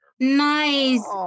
Nice